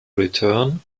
return